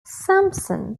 sampson